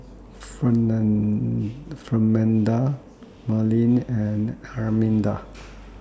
Fernanda Madlyn and Arminda